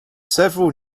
several